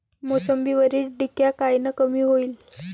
मोसंबीवरील डिक्या कायनं कमी होईल?